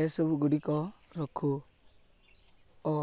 ଏସବୁ ଗୁଡ଼ିକ ରଖୁ ଓ